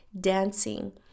dancing